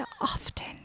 often